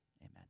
amen